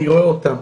אני רואה אותם,